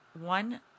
one